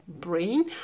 brain